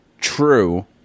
true